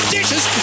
Dishes